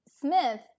Smith